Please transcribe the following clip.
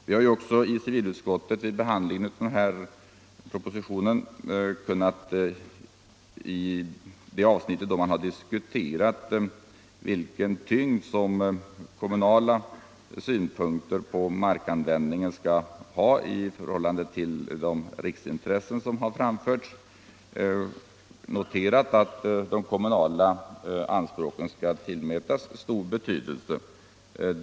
Vid behandlingen i civilutskottet av det avsnitt av propositionen där det diskuteras vilken tyngd lokala synpunkter på markanvändningen skall ha i förhållande till riksintressena har vi noterat att de kommunala anspråken skall tillmätas stor betydelse.